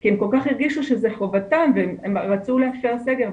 הם כל כך הרגישו שזה חובתם והם רצו להפר סגר,